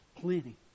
plenty